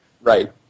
Right